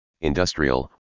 industrial